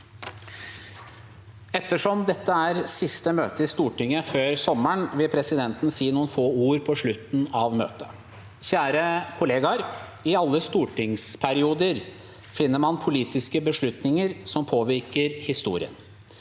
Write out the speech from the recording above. Ettersom dette er siste møte i Stortinget før sommeren, vil presidenten si noen få ord på slutten av møtet. Kjære kollegaer, i alle stortingsperioder finner man politiske beslutninger som påvirker historien.